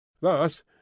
thus